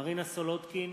מרינה סולודקין,